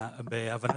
ביניהם,